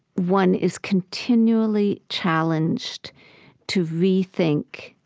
one is continually challenged to rethink